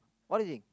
what you think